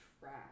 trash